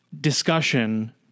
discussion